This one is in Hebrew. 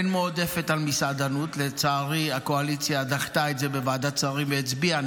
אבל בצד הכלכלי האזרחי אנחנו חייבים לראות את